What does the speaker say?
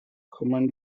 common